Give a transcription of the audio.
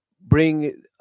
bring